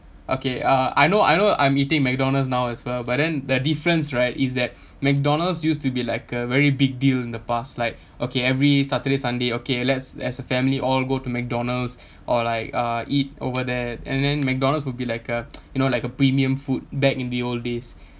okay uh I know I know I'm eating McDonald's now as well but then the difference right is that McDonald's used to be like a very big deal in the past like okay every saturday sunday okay let's as a family all go to McDonald's or like uh eat over there and then McDonald's will be like a you know like a premium food back in the old days